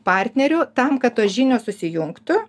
partnerių tam kad tos žinios susijungtų